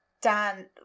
Dan